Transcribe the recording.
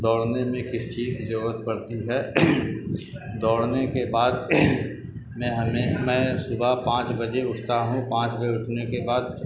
دوڑنے میں کس چیز کی ضرورت پڑتی ہے دوڑنے کے بعد میں میں صبح پانچ بجے اٹھتا ہوں پانچ بجے اٹھنے کے بعد